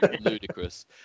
ludicrous